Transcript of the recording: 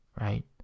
right